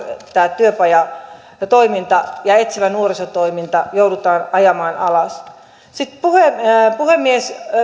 tämä työpajatoiminta ja etsivä nuorisotoiminta joudutaan ajamaan alas sitten puhemies puhemies